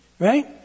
Right